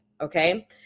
Okay